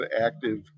active